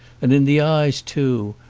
and in the eyes too,